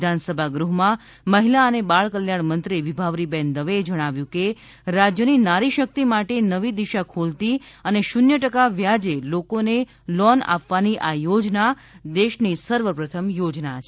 વિધાનસભાગૃહમાં મહિલા અને બાળકલ્યાણમંત્રી વિભાવરીબેન દવેએ જણાવ્યુ કે રાજયની નારીશકિત માટે નવી દિશા ખોલતી અને શૂન્ય ટકા વ્યાજે લોકોને લોન આપવાની આ યોજના દેશની સર્વપ્રથમ યોજના છે